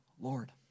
Lord